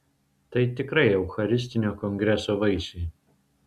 tai tikrai eucharistinio kongreso vaisiai